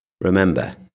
Remember